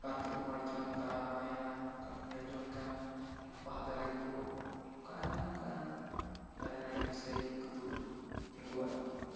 park ᱨᱮᱦᱚᱸ ᱟᱹᱰᱤ ᱪᱮᱦᱨᱟᱢ ᱫᱟᱬᱟ ᱵᱟᱲᱟᱭᱟ ᱧᱮᱞ ᱡᱚᱝ ᱞᱮᱠᱟᱱ ᱵᱟᱦᱟ ᱫᱟᱨᱮ ᱠᱚ ᱚᱱᱠᱟ ᱟᱭᱢᱟ ᱚᱱᱠᱟ ᱫᱟᱨᱮ ᱱᱟᱹᱲᱤ ᱠᱚ ᱥᱮ ᱫᱩᱲᱩᱵ ᱛᱤᱜᱩᱣᱟᱜ